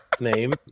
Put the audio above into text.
name